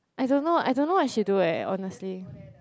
I don't know I don't know what she do eh honestly